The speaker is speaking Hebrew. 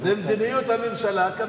זה מדיניות הממשלה הקפיטליסטית,